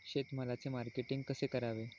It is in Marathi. शेतमालाचे मार्केटिंग कसे करावे?